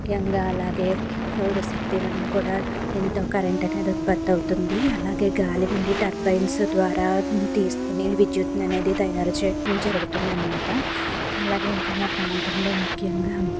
ముఖ్యంగా అలాగే సౌరశక్తి వలన కూడా ఎంతో కరెంటు అనేది ఉత్పత్తి అవుతుంది అలాగే గాలి నుండి టర్బైన్సు ద్వారా తీసుకొని విద్యుత్ అనేది తయారు చేయడం జరుగుతుందన్నమాట అలాగే ఇంకా మా ప్రాంతంలో ముఖ్యంగా